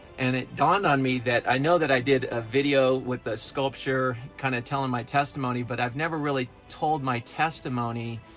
and it dawned on me that, i know that i did a video with a sculpture, kind of telling my testimony, but i've never really told my testimony.